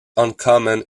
uncommon